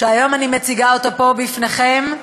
שאני מציגה פה בפניכם,